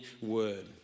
Word